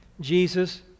Jesus